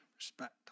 Respect